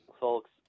folks